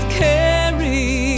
carry